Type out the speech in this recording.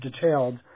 detailed